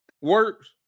works